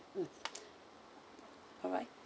mm alright